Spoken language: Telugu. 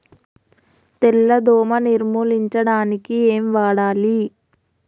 తెల్ల దోమ నిర్ములించడానికి ఏం వాడాలి?